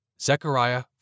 Zechariah